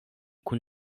kun